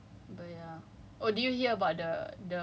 like for me to enter my my R_C